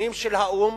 ארגונים של האו"ם,